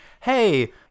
hey